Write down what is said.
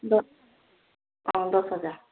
ହଁ ଦଶ୍ ହଜାର୍